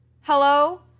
Hello